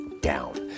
down